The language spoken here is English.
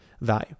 value